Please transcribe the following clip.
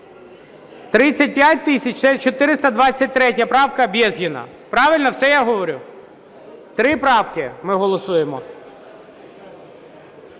це 423 правка Безгіна. Правильно все я говорю? Три правки ми голосуємо.